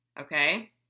Okay